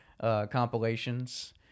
compilations